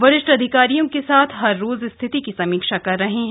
वरिष्ठ अधिकारियों के साथ हर रोज स्थिति की समीक्षा कर रहे हैं